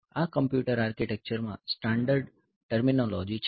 આ computer architecture માં standard terminology છે